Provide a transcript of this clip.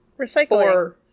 recycling